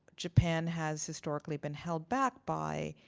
japan has historically been held back by